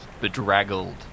bedraggled